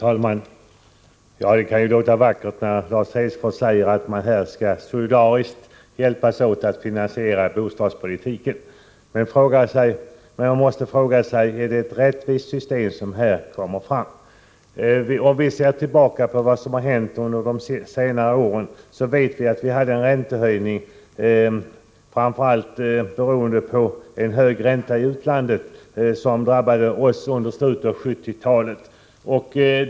Herr talman! Det kan ju låta vackert när Lars Hedfors säger att vi solidariskt skall hjälpas åt att finansiera bostadspolitiken, men man måste fråga sig om det är ett rättvist system som här kommer fram. Om vi ser tillbaka på vad som har hänt under senare år, finner vi att det skedde en räntehöjning, framför allt beroende på en hög ränta i utlandet, som drabbade oss under slutet av 1970-talet.